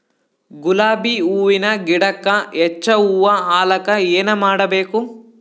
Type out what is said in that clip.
ಗುಲಾಬಿ ಹೂವಿನ ಗಿಡಕ್ಕ ಹೆಚ್ಚ ಹೂವಾ ಆಲಕ ಏನ ಮಾಡಬೇಕು?